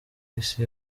isi